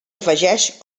afegeix